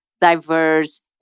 diverse